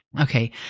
Okay